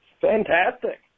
Fantastic